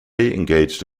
engaged